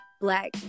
black